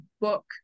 book